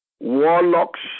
Warlocks